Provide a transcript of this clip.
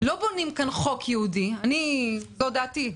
לא בונים כאן חוק ייעודי זו דעתי,